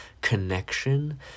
connection